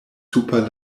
super